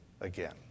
again